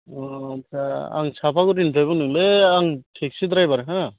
अ ओमफ्राय आं साफागुरिनिफ्राय बुंदोंलै आं टेक्सि ड्रायभार हो